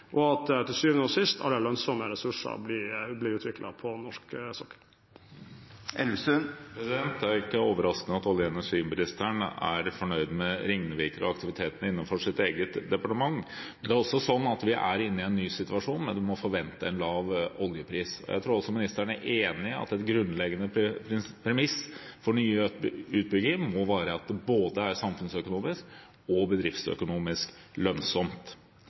og at alle lønnsomme ressurser på norsk sokkel til syvende og sist blir utviklet. Det er ikke overraskende at olje- og energiministeren er fornøyd med ringvirkninger og aktivitetene innenfor sitt eget departement, men det er også slik at vi er inne i en ny situasjon, men en må forvente en lav oljepris. Jeg tror også ministeren er enig i at et grunnleggende premiss for ny utbygging må være at det både er samfunnsøkonomisk og bedriftsøkonomisk lønnsomt.